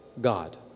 God